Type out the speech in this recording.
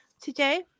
today